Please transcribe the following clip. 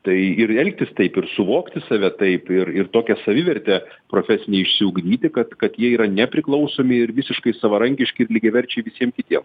tai ir elgtis taip ir suvokti save taip ir tokią savivertę profesinę išsiugdyti kad kad jie yra nepriklausomi ir visiškai savarankiški ir lygiaverčiai visiem kitiem